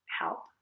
help